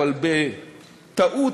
אבל בטעות,